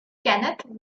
kenneth